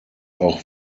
auch